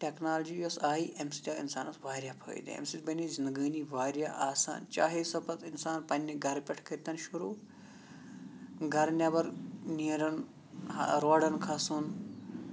technology یوٚس آیہِ اَمہِ سۭتۍ آو اِنسانَس واریاہ فٲیِدٕ اَمہِ سۭتۍ بَنے زندگٲنی واریاہ آسان چاہے سۄ پَتہٕ اِنسان پنٛنہِ گَرٕ پٮ۪ٹھ کٔرتَن شروٗع گَرٕ نٮ۪بَر نیرُن روڈَن کھَسُن